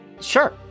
Sure